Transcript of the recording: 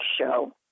show